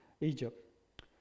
Egypt